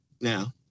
now